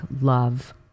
love